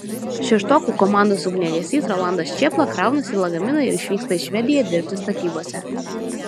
šeštokų komandos ugniagesys rolandas čėpla kraunasi lagaminą ir išvyksta į švediją dirbti statybose